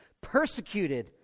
persecuted